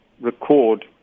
record